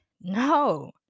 no